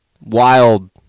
wild